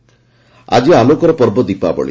ଦୀପାବଳି ଆକି ଆଲୋକପର ପର୍ବ ଦୀପାବଳି